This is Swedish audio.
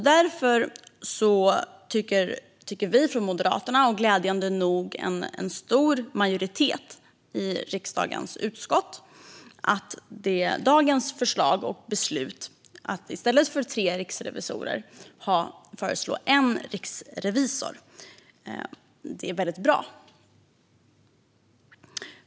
Därför tycker vi från Moderaterna, och glädjande nog också en stor majoritet i riksdagens konstitutionsutskott, att förslaget och beslutet om endast en riksrevisor i stället för tre är väldigt bra.